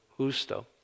Justo